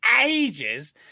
ages